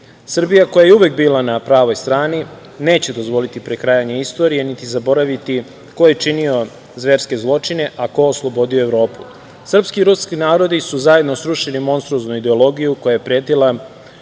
Srbija, koja je uvek bila na pravoj strani, neće dozvoliti prekrajanje istorije, niti zaboraviti ko je činio zverske zločine, a ko oslobodio Evropu. Srpski i ruski narodi su zajedno srušili monstruoznu ideologiju koja je pretila